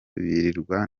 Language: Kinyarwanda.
birirwa